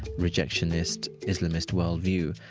rejectionist, islamist worldview.